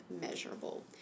measurable